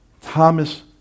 Thomas